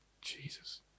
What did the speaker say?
jesus